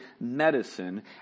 medicine